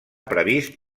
previst